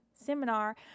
seminar